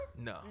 No